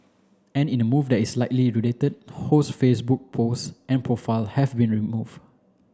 and in the move that is likely related Ho's Facebook post and profile have been remove